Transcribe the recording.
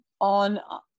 on